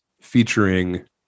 featuring